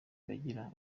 bagira